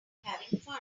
having